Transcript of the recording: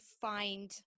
find